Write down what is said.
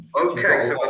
Okay